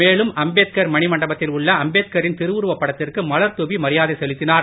மேலும் அம்பேத்கார் மணிமண்டபத்தில் உள்ள அம்பேத்கரின் திருவுருவப் படத்திற்கு மலர் தூவி மரியாதை செலுத்தினார்